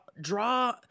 draw